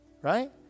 Right